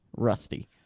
Rusty